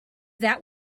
that